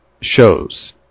shows